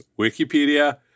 wikipedia